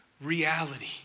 reality